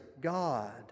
God